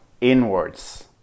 inwards